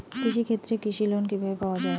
কৃষি ক্ষেত্রে কৃষি লোন কিভাবে পাওয়া য়ায়?